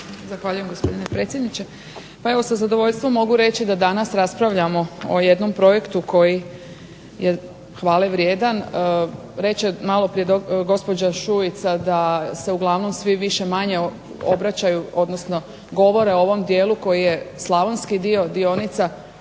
Zahvaljujem gospodine predsjedniče. Pa evo sa zadovoljstvom mogu reći da danas raspravljamo o jednom projektu koji je hvalevrijedan. Reče maloprije gospođa Šuica da se uglavnom svi više-manje obraćaju, odnosno govore o ovom dijelu koji je slavonski dio, dionica,